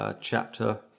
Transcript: chapter